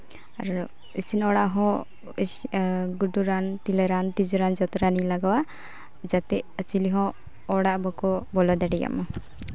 ᱟᱨ ᱤᱥᱤᱱ ᱚᱲᱟᱜ ᱦᱚᱸ ᱜᱩᱰᱩ ᱨᱟᱱ ᱛᱤᱞᱟᱹ ᱨᱟᱱ ᱛᱤᱡᱩ ᱨᱟᱱ ᱡᱚᱛᱚ ᱨᱟᱱᱤᱧ ᱞᱟᱜᱟᱣᱟ ᱡᱟᱛᱮ ᱪᱤᱞᱤ ᱦᱚᱸ ᱚᱲᱟᱜ ᱵᱟᱠᱚ ᱵᱚᱞᱚ ᱫᱟᱲᱮᱭᱟᱜ ᱢᱟ